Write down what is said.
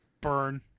burn